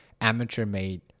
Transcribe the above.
amateur-made